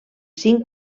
cinc